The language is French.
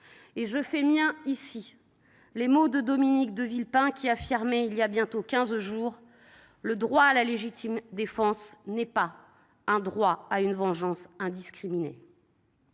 Je fais miens les mots de Dominique de Villepin, qui rappelait, il y a bientôt quinze jours, que « le droit à la légitime défense n’est pas un droit à une vengeance indiscriminée ».